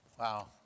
Wow